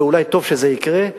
ואולי טוב שזה יקרה,